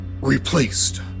replaced